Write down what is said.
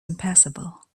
impassable